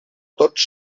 tots